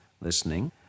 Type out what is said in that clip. listening